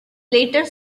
later